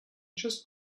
just